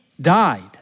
died